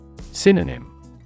Synonym